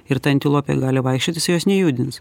ir ta antilopė gali vaikščiot jis jos nejudins